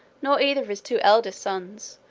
nor either of his two eldest sons,